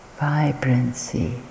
vibrancy